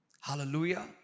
Hallelujah